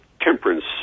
temperance